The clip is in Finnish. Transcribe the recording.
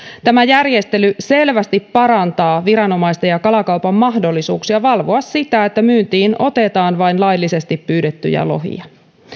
tämä järjestely selvästi parantaa viranomaisten ja kalakaupan mahdollisuuksia valvoa sitä että myyntiin otetaan vain laillisesti pyydettyjä lohia